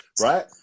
right